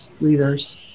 leaders